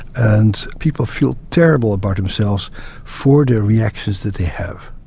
and people feel terrible about themselves for the reactions that they have.